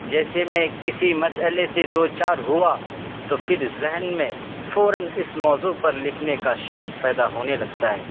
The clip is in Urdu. جیسے میں کسی مسئلے سے دو چار ہوا تو پھر ذہن میں فوراً اس موضوع پر لکھنے کا شوق پیدا ہونے لگتا ہے